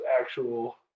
actual